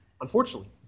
unfortunately